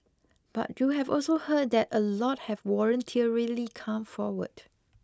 but you've also heard that a lot of have voluntarily come forward